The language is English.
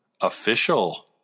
official